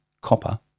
copper